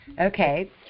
Okay